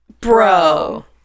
Bro